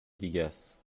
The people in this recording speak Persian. دیگهس